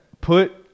Put